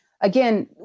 again